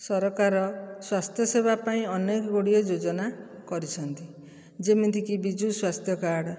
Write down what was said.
ସରକାର ସ୍ୱାସ୍ଥ୍ୟ ସେବା ପାଇଁ ଅନେକ ଗୁଡ଼ିଏ ଯୋଜନା କରିଛନ୍ତି ଯେମିତି କି ବିଜୁ ସ୍ୱାସ୍ଥ୍ୟ କାର୍ଡ଼